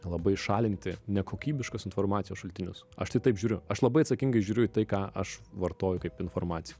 labai šalinti nekokybiškos informacijos šaltinius aš tai taip žiūriu aš labai atsakingai žiūriu į tai ką aš vartoju kaip informaciją